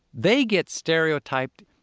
they get stereotyped,